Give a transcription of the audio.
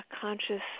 conscious